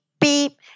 beep